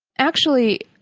actually,